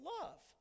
love